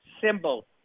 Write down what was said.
Symbol